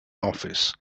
office